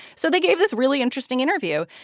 so they gave this really interesting interview.